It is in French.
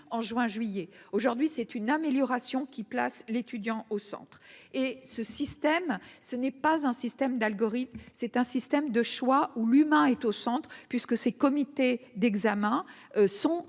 en juin, juillet, aujourd'hui c'est une amélioration qui place l'étudiant au centre et ce système, ce n'est pas un système d'algorithmes, c'est un système de choix où l'humain est au centre, puisque ces comités d'examen sont